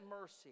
mercy